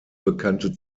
bekannte